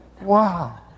Wow